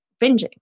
binging